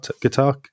guitar